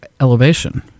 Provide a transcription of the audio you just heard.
elevation